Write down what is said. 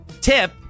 Tip